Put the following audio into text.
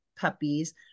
puppies